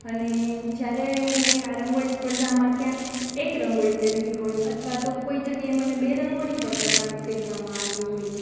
અને જ્યારે મેં આ રંગોળી સ્પર્ધામાં ક્યાંક એક રંગોળી કરી હોય અથવા તો કોઈ જગ્યાએ મને બે રંગોળી પણ કરવાનું કહેવામાં આવ્યું હોય છે